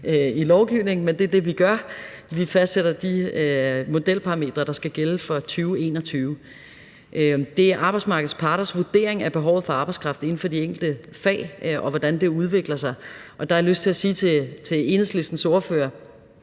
i lovgivningen. Det er det, vi gør: Vi fastsætter de modelparametre, der skal gælde fra 2021. Det er arbejdsmarkedets parter, der vurderer behovet for arbejdskraft inden for de enkelte fag, og hvordan det udvikler sig, og der har jeg lyst til at sige til Enhedslistens ordfører